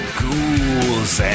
ghouls